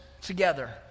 together